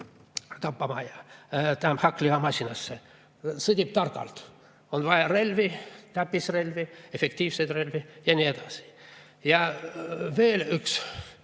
tapamajja, tähendab, hakklihamasinasse, vaid sõdib targalt. On vaja relvi, täppisrelvi, efektiivseid relvi ja nii edasi. Veel üks